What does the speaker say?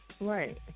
Right